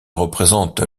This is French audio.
représente